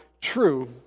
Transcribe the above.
true